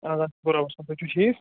اَہن حظ آ شُکر رۄبس کُن تُہۍ چھُو ٹھیٖک